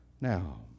now